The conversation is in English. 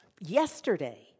yesterday